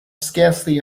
scarcely